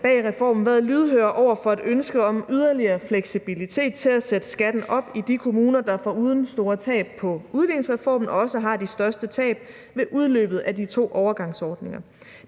bag reformen været lydhøre over for et ønske om yderligere fleksibilitet til at sætte skatten op i de kommuner, der foruden store tab på udligningsreformen også har de største tab ved udløbet af de to overgangsordninger.